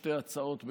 שתי הצעות,